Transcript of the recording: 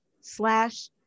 slash